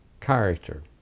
character